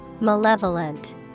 Malevolent